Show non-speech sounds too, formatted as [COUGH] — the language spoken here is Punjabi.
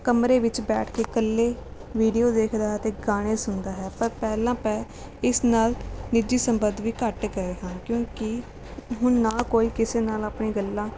ਕਮਰੇ ਵਿੱਚ ਬੈਠ ਕੇ ਇਕੱਲੇ ਵੀਡੀਓ ਦੇਖਦਾ ਹੈ ਅਤੇ ਗਾਣੇ ਸੁਣਦਾ ਹੈ ਪਰ ਪਹਿਲਾਂ [UNINTELLIGIBLE] ਇਸ ਨਾਲ ਨਿੱਜੀ ਸੰਬੰਧ ਵੀ ਘੱਟ ਗਏ ਹਨ ਕਿਉਂਕਿ ਹੁਣ ਨਾ ਕੋਈ ਕਿਸੇ ਨਾਲ ਆਪਣੀ ਗੱਲਾਂ